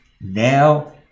now